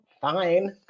Fine